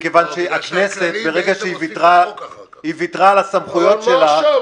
מכיוון שברגע הכנסת ויתרה על הסמכויות שלה --- אבל מה עכשיו?